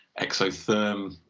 exotherm